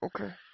Okay